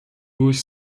durch